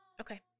Okay